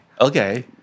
Okay